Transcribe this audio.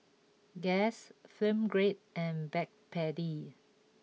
Guess Film Grade and Backpedic